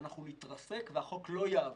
אנחנו נתרסק והחוק לא יעבור.